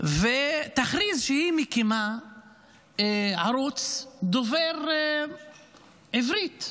ותכריז שהיא מקימה ערוץ דובר עברית.